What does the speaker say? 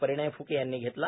परिणय फ्के यांनी घेतला